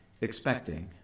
expecting